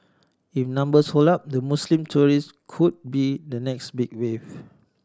if numbers hold up the Muslim tourist could be the next big wave